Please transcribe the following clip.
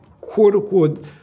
quote-unquote